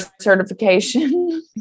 certification